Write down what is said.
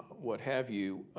what have you.